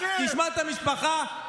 תשמע את המשפחה,